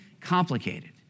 complicated